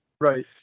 Right